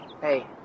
Hey